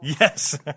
Yes